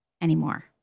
anymore